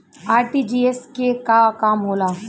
RTGS के का काम होला?